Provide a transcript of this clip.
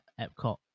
Epcot